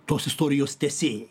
tos istorijos tęsėjai